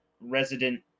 resident